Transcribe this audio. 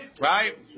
Right